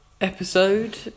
episode